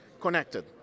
connected